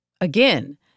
Again